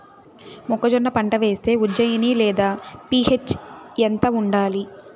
మొక్కజొన్న పంట వేస్తే ఉజ్జయని లేదా పి.హెచ్ ఎంత ఉండాలి?